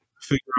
Figure